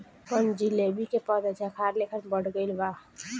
बनजीलेबी के पौधा झाखार लेखन बढ़ गइल बावे